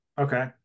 Okay